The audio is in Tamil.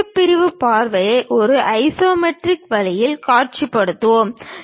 வெட்டு பிரிவு பார்வையை ஒரு ஐசோமெட்ரிக் வழியில் காட்சிப்படுத்துவோம்